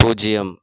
பூஜ்ஜியம்